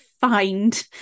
find